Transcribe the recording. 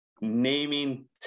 naming